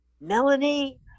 Melanie